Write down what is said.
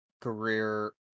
career